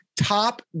top